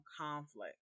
conflict